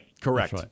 correct